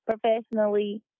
professionally